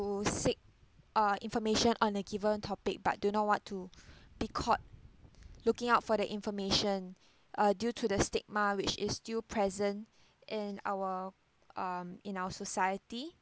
seek uh information on a given topic but do not want to be caught looking out for that information uh due to the stigma which is still present in our um in our society